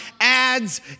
ads